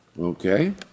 Okay